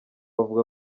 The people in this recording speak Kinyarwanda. avuga